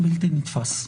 בלתי נתפס.